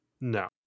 No